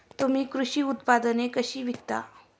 तुम्ही कृषी उत्पादने कशी विकता?